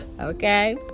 okay